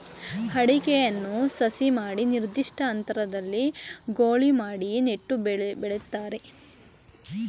ಅಡಿಕೆಯನ್ನು ಸಸಿ ಮಾಡಿ ನಿರ್ದಿಷ್ಟ ಅಂತರದಲ್ಲಿ ಗೂಳಿ ಮಾಡಿ ನೆಟ್ಟು ಬೆಳಿತಾರೆ